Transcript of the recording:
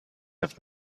have